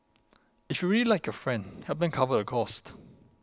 if you really like your friend help them cover the cost